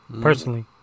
personally